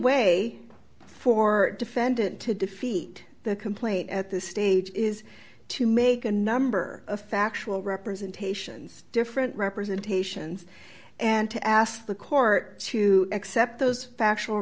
way for defendant to defeat the complaint at this stage is to make a number of factual representations different representations and to ask the court to accept those factual